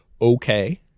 okay